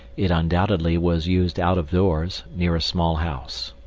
it undoubtedly was used out of doors, near a small house.